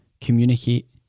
communicate